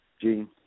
Gene